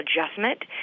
adjustment